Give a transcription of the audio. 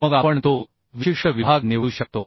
मग आपण तो विशिष्ट विभाग निवडू शकतो